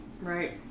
Right